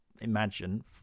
imagine